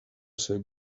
ser